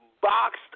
boxed